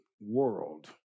world